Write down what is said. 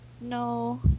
No